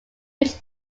which